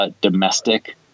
Domestic